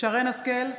שרן מרים השכל,